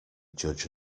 judge